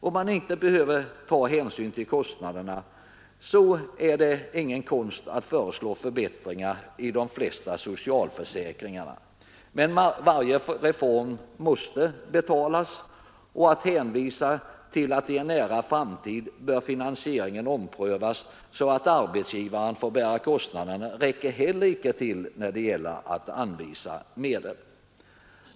Om man inte behöver ta hänsyn till kostnader är det ingen konst att föreslå förbättringar i de flesta socialförsäkringarna. Men varje reform måste betalas, och att hänvisa till att i en nära framtid bör finansieringen omprövas, så att arbetsgivarna får bära kostnaderna, räcker heller icke till när det gäller att anvisa medel.